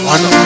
One